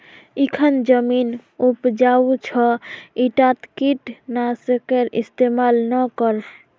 इखन जमीन उपजाऊ छ ईटात कीट नाशकेर इस्तमाल ना कर